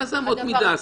אמות מידה.